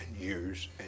years